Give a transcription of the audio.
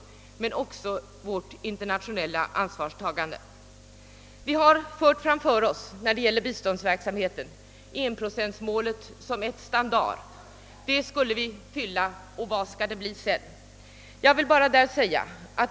Därmed ökar också vårt internationella ansvarstagande. När det gäller biståndsverksamheten har vi tagit sikte på enprocentsmålet och fört det framför oss som ett standar. Det skulle vi hylla. Vad skulle det bli sedan?